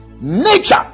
nature